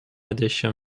edition